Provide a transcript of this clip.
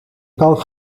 kan